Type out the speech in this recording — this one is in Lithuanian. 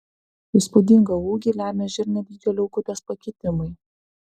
įspūdingą ūgį lemia žirnio dydžio liaukutės pakitimai